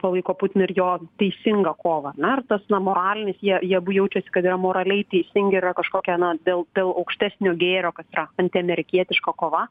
palaiko putiną ir jo teisingą kovą na ir tas na moralinis jie jie abu jaučiasi kad yra moraliai teisingi ir yra kažkokia na dėl dėl aukštesnio gėrio kas yra antiamerikietiška kova